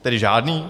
Tedy žádný?